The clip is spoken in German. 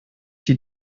die